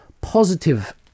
positive